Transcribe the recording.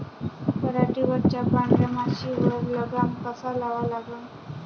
पराटीवरच्या पांढऱ्या माशीवर लगाम कसा लावा लागन?